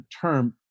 term